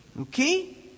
Okay